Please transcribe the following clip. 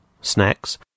snacks